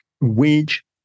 wage